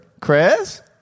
Chris